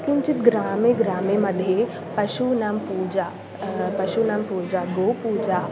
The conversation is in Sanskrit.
किञ्चित् ग्रामे ग्रामे मध्ये पशूनां पूजा पशूनां पूजा गोपूजा